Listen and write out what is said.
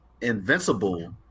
invincible